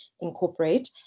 incorporate